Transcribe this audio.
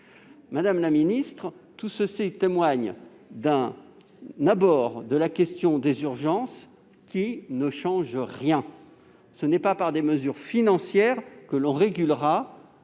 Madame la ministre, tout cela témoigne d'une façon d'aborder la question des urgences qui ne change rien ! C'est non par des mesures financières que l'on régulera